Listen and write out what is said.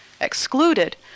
excluded